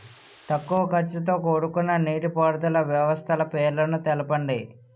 తక్కువ ఖర్చుతో కూడుకున్న నీటిపారుదల వ్యవస్థల పేర్లను తెలపండి?